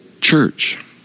church